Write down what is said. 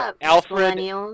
Alfred